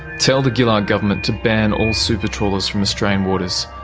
tell the gillard government to ban all super trawlers from australian waters.